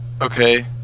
okay